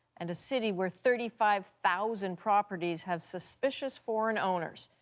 and a city where thirty five thousand properties have suspicious foreign owners.